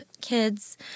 kids